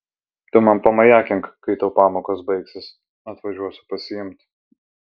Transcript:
tu man pamajakink kai tau pamokos baigsis atvažiuosiu pasiimt